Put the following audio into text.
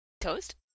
Toast